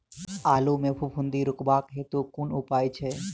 आलु मे फफूंदी रुकबाक हेतु कुन उपाय छै?